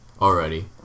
already